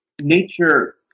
nature